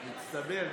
מצטבר.